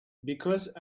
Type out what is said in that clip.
because